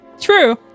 True